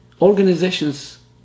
organizations